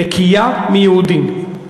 "נקייה מיהודים".